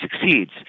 succeeds